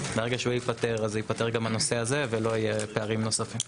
ברגע שהוא ייפתר אז ייפתר גם הנושא הזה ולא יהיה פערים נוספים.